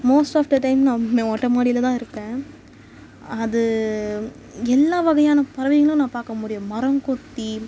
most of the time மொட்டை மாடியில் தான் இருப்பேன் அது எல்லா வகையான பறவைங்களும் நான் பார்க்க முடியும் மரங்கொத்தி